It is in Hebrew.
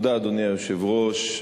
אדוני היושב-ראש,